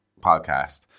podcast